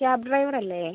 cab driver അല്ലേ